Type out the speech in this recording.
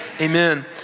Amen